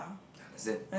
I understand